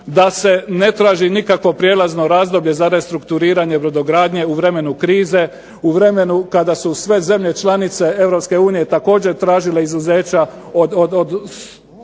da se ne traži nikakvo prelazno razdoblje za restrukturiranje brodogradnje u vremenu krize, u vremenu kada su sve zemlje članice EU također tražile izuzeća od